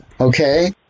okay